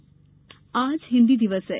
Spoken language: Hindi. हिन्दी दिवस आज हिन्दी दिवस है